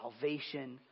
salvation